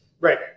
Right